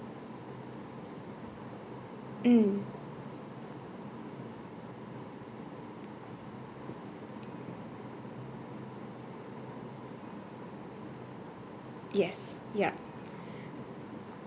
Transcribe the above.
mm yes yup